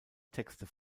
texte